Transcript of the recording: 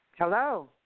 Hello